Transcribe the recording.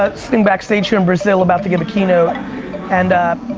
ah sitting back stage here in brazil, about to give a key note and ah,